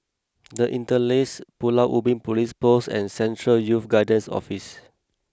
the Interlace Pulau Ubin Police Post and Central Youth Guidance Office